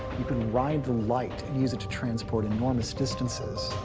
you can ride the light and use it to transport enormous distances.